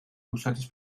რუსეთის